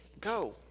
go